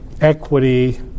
equity